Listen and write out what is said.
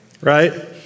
Right